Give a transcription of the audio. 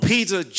Peter